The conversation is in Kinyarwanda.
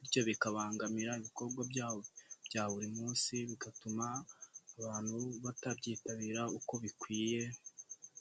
bityo bikabangamira ibikorwa byabo bya buri munsi, bigatuma abantu batabyitabira uko bikwiye.